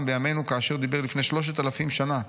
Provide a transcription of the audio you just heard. בימינו כאשר דיבר לפני שלושת אלפים שנה.